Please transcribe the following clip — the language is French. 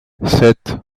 sept